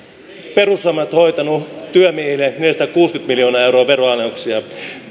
perussuomalaiset ovat hoitaneet työmiehille neljäsataakuusikymmentä miljoonaa euroa veronalennuksia